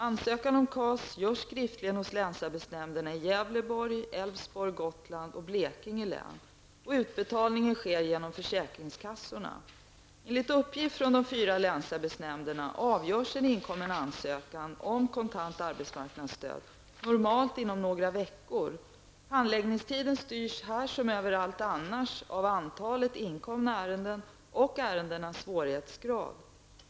Ansökan om KAS görs skriftligen hos länsarbetsnämnderna i Enligt uppgift från de fyra länsarbetsnämnderna avgörs en inkommen ansökan om kontant arbetsmarknadsstöd normalt inom några veckor. Handläggningstiden styrs här som överallt annars av antalet inkomna ärenden och ärendenas svårighetsgrad.